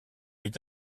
est